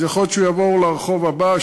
אז יכול להיות שהוא יעבור לרחוב הבא,